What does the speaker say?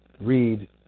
read